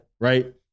Right